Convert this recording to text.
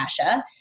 Asha